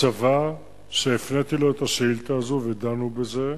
הצבא, שהפניתי אליו את השאילתא הזאת ודנו בזה,